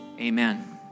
amen